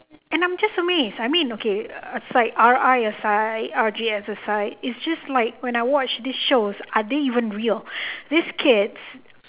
and I'm just amazed I mean okay aside R_I aside R_J aside is just like when I watch this shows are they even real these kids